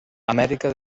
amèrica